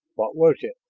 what was it?